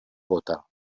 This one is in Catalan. bóta